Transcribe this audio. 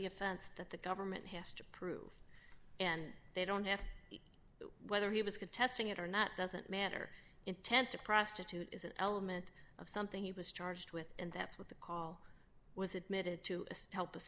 the offense that the government has to prove and they don't have whether he was contesting it or not doesn't matter intent to prostitute is an element of something he was charged with and that's what the call was admitted to help the